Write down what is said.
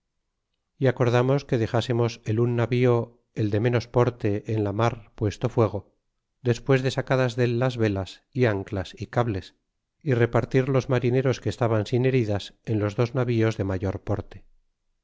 y acordamos que dexasemos el un navío el de menos porte en la mar puesto fuego despues de sacadas dél las velas y anclas y cables y repartir los marineros que estaban sin heridas en los dos navíos de mayor porte